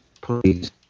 please